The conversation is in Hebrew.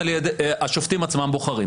השופטים עצמם בוחרים.